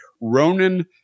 Ronan